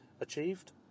achieved